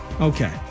Okay